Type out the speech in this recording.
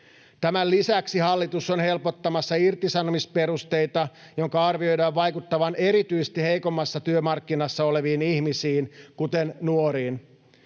Tämän lisäksi hallitus on helpottamassa irtisanomisperusteita, minkä arvioidaan vaikuttavan erityisesti heikommassa työmarkkina-asemassa oleviin ihmisiin, kuten nuoriin.